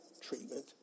treatment